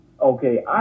okay